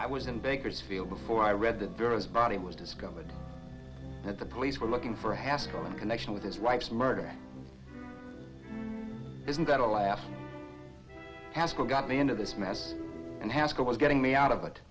i was in bakersfield before i read that girl's body was discovered that the police were looking for haskell in connection with his wife's murder isn't that a laugh asco got me into this mess and haskell was getting me out of it